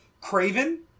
Craven